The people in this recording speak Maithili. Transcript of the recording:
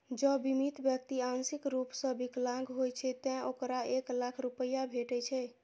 जौं बीमित व्यक्ति आंशिक रूप सं विकलांग होइ छै, ते ओकरा एक लाख रुपैया भेटै छै